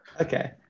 Okay